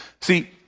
See